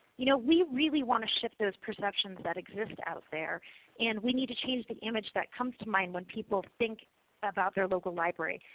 you know, we really want to shift those perceptions that exist out there and we need to change the image that comes to mind when people think about their local library.